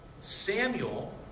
Samuel